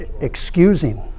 excusing